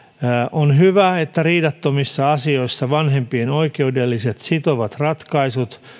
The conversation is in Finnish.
on hyvä että riidattomissa asioissa vanhempien oikeudelliset sitovat ratkaisut